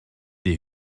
des